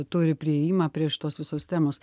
turi priėjimą prie šitos visos temos